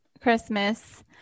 Christmas